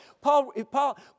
Paul